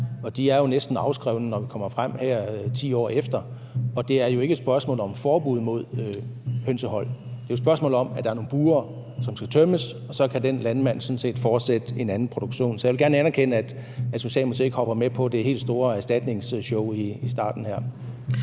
de er jo næsten afskrevet, når vi kommer frem her 10 år efter. Det er jo ikke et spørgsmål om forbud mod hønsehold. Det er et spørgsmål om, at der er nogle bure, som skal tømmes, og så kan den landmand sådan set fortsætte en anden produktion. Så jeg vil gerne anerkende, at Socialdemokratiet ikke hopper med på det helt store erstatningsshow her i starten.